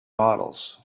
models